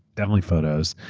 definitely photos.